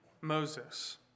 Moses